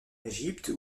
égypte